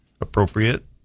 appropriate